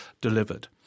delivered